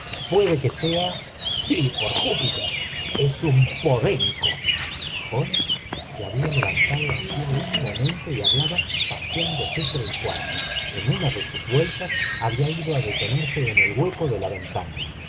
puede que sea sí por júpiter es un podenco holmes se había levantado hacía un momento y hablaba paseándose por el cuarto en una de sus vueltas había ido á detenerse en el hueco de la ventana